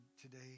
today